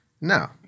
No